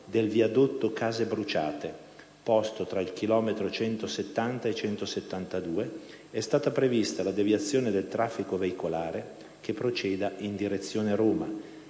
del viadotto Case Bruciate posto tra il chilometro 170+359 ed il chilometro 172+200 è stata prevista la deviazione del traffico veicolare che proceda in direzione Roma,